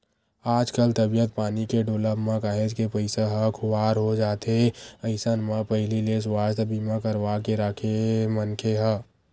आजकल तबीयत पानी के डोलब म काहेच के पइसा ह खुवार हो जाथे अइसन म पहिली ले सुवास्थ बीमा करवाके के राखे मनखे ह